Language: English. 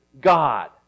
God